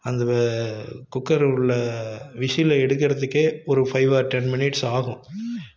அந்த வே குக்கரில் உள்ள விசில எடுக்கிறத்துக்கே ஒரு ஃபைவ் ஆர் டென் மினிட்ஸ் ஆகும்